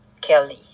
Kelly